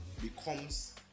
becomes